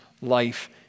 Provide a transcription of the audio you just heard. life